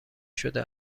شده